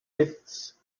its